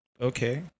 Okay